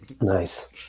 Nice